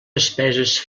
despeses